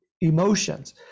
emotions